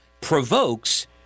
provokes